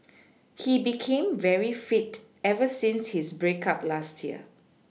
he became very fit ever since his break up last year